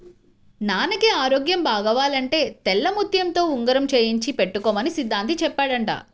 నాన్నకి ఆరోగ్యం బాగవ్వాలంటే తెల్లముత్యంతో ఉంగరం చేయించి పెట్టుకోమని సిద్ధాంతి చెప్పాడంట